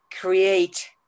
create